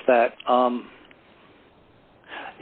is that